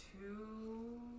two